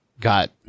got